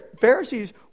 Pharisees